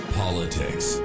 politics